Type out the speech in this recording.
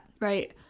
right